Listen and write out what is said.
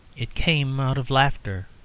it came out of laughter,